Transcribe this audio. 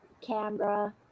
Canberra